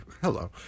Hello